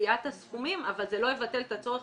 בגביית הסכומים, אבל זה לא יבטל את הצורך